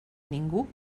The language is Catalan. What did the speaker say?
ningú